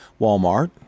Walmart